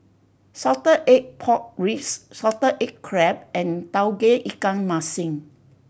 salted egg pork ribs salted egg crab and Tauge Ikan Masin